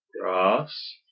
Grass